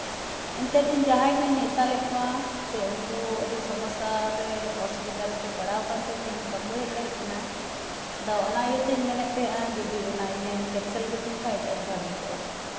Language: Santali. ᱮᱱᱛᱮᱜ ᱤᱧ ᱡᱟᱸᱦᱟᱭ ᱠᱚᱧ ᱱᱮᱶᱛᱟ ᱞᱮᱜ ᱠᱚᱣᱟ ᱥᱮ ᱩᱱᱠᱩ ᱥᱚᱢᱚᱥᱥᱟ ᱨᱮ ᱥᱮ ᱚᱥᱩᱵᱤᱫᱷᱟ ᱨᱮᱠᱚ ᱯᱟᱲᱟᱣ ᱠᱟᱱᱛᱮ ᱛᱮᱦᱤᱧ ᱵᱟᱠᱚ ᱦᱮᱡ ᱫᱟᱲᱮᱭᱟᱜ ᱠᱟᱱᱟ ᱚᱱᱟ ᱤᱭᱟᱹᱛᱮᱢᱮᱱᱮᱫ ᱛᱟᱸᱦᱮᱱᱟ ᱡᱚᱫᱤ ᱤᱧᱮᱢ ᱠᱮᱱᱥᱮᱞ ᱠᱟᱹᱛᱤᱧ ᱠᱷᱟᱱ ᱟᱹᱰᱤ ᱟᱸᱴ ᱵᱷᱟᱜᱤ ᱠᱚᱜᱼᱟ